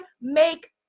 make